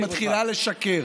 היא מתחילה לשקר.